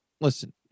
listen